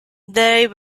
they